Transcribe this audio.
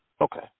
Okay